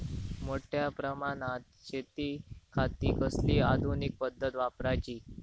मोठ्या प्रमानात शेतिखाती कसली आधूनिक पद्धत वापराची?